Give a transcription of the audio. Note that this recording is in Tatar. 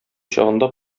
чагында